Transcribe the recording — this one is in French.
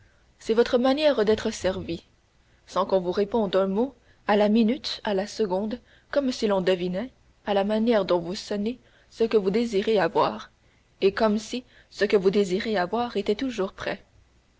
c'est votre manière d'être servi sans qu'on vous réponde un mot à la minute à la seconde comme si l'on devinait à la manière dont vous sonnez ce que vous désirez avoir et comme si ce que vous désirez avoir était toujours tout prêt